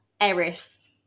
Eris